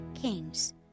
Kings